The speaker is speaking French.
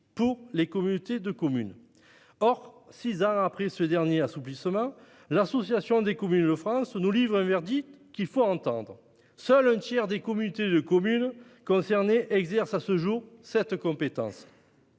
pour les communautés de communes. Or, près de cinq ans après ce dernier assouplissement, l'association représentant les intercommunalités de France nous livre un verdict qu'il faut entendre : seul un tiers des communautés de communes concernées exercent à ce jour cette compétence.